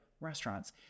restaurants